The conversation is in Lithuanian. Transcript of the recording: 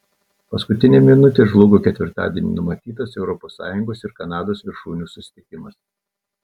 paskutinę minutę žlugo ketvirtadienį numatytas europos sąjungos ir kanados viršūnių susitikimas